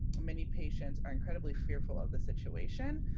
many patients are incredibly fearful of the situation.